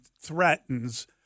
threatens